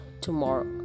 tomorrow